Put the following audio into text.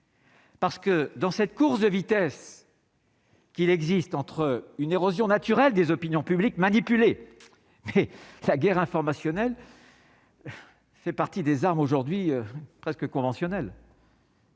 Parce que dans cette course de vitesse. Qu'il existe entre eux une érosion naturelle des opinions publiques manipuler sa guerre informationnelle. Fait partie des armes aujourd'hui presque conventionnel.